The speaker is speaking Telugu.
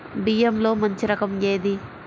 బియ్యంలో మంచి రకం ఏది?